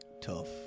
Tough